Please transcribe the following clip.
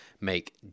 make